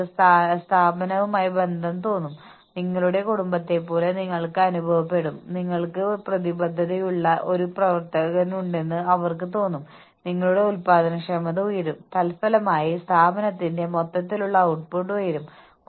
വിദ്യാർത്ഥികളിലൊരാൾ എന്നോട് ഒരു ഫോറത്തിൽ ഒരു ചോദ്യം ചോദിച്ചിരുന്നു ഞാൻ അതിനോട് പ്രതികരിച്ചോ അല്ലെങ്കിൽ ഒരുപക്ഷേ ഇത് ഒരു മെയിലാണോ എന്ന് എനിക്ക് ഉറപ്പില്ല എന്തായാലും ഞാൻ ഇപ്പോൾ അതിനോട് പ്രതികരിക്കുന്നു